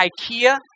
IKEA